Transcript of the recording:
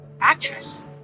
actress